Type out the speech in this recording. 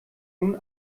nun